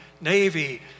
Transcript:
Navy